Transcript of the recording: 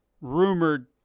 rumored